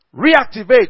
reactivate